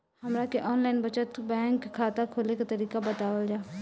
हमरा के online बचत बैंक खाता खोले के तरीका बतावल जाव?